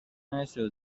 نشو